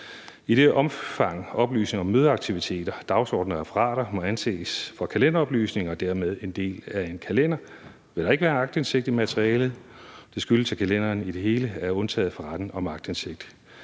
I det omfang, oplysninger om mødeaktiviteter, dagsordener og referater må anses for kalenderoplysninger og dermed en del af en kalender, vil der ikke være aktindsigt i materialet. Det skyldes, at kalenderen i det hele er undtaget fra retten om aktindsigt.